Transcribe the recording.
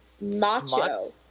macho